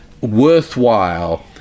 worthwhile